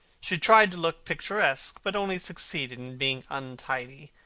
she tried to look picturesque, but only succeeded in being untidy.